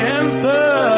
answer